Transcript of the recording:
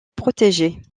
protéger